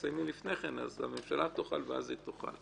תסיימי לפני כן, הממשלה תוכל להציג ואז היא תציג.